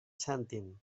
cèntim